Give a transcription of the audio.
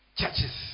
churches